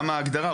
גם ההגדרה.